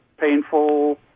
painful